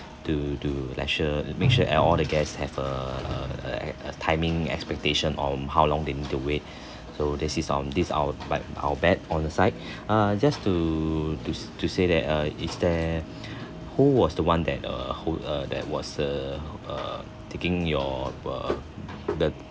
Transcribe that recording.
to to let sure make sure and all the guests have a a a a timing expectation on how long they need to wait so this is on this our but our bad on the site ah just to to to say that err is there who was the one that err who err that was err err taking your err the